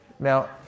Now